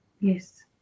yes